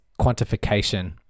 quantification